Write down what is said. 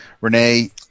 Renee